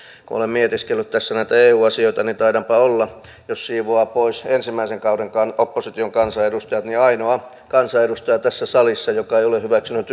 kun olen mietiskellyt tässä näitä eu asioita niin taidanpa olla jos siivoaa pois ensimmäisen kauden opposition kansanedustajat ainoa kansanedustaja tässä salissa joka ei ole hyväksynyt yhtään ainoaa tukipakettia